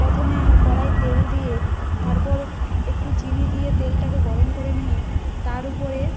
প্রথমে কড়াইতে তেল দিয়ে তারপর একটু চিনি দিয়ে তেলটাকে গরম করে নিয়ে তার উপরে